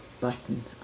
button